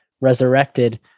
resurrected